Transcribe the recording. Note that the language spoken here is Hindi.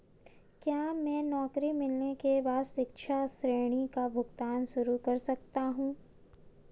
क्या मैं नौकरी मिलने के बाद शिक्षा ऋण का भुगतान शुरू कर सकता हूँ?